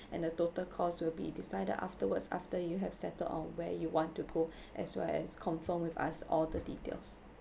and the total cost will be decided afterwards after you have settled on where you want to go as well as confirm with us all the details